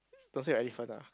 don't say elephant lah